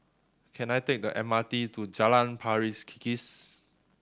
can I take the M R T to Jalan Pari Kikis